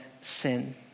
sin